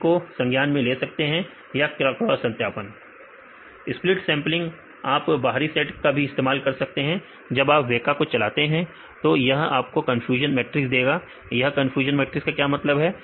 आप प्रशिक्षण सेठ को संज्ञान में ले सकते हैं या क्रॉस सत्यापन स्प्लिट सेंपलिंग आप बाहरी सेट का भी इस्तेमाल कर सकते हैं जब आप वेका को चलाते हैं तो यह आपको कन्फ्यूजन मैट्रिक्स देगा तो यह कन्फ्यूजन मैट्रिक्स का क्या मतलब है